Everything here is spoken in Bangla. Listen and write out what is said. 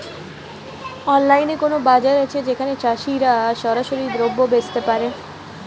অনলাইনে কোনো বাজার আছে যেখানে চাষিরা সরাসরি দ্রব্য বেচতে পারে?